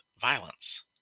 violence